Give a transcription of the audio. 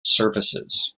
services